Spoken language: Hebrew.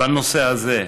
בנושא הזה,